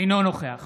אינו נוכח